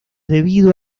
debido